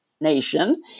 nation